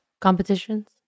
competitions